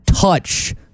touch